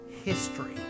history